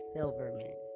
Silverman